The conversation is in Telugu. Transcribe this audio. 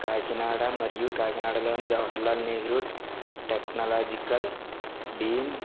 కాకినాడ మరియు కాకినాడలోని జవహార్ లాల్ నెహ్రూ టెక్నాలాజికల్ డ్రీం